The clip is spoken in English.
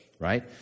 right